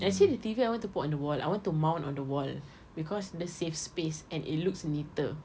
actually the T_V I want to put on the wall I want to mount on the wall because dia save space and it looks neater